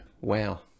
Wow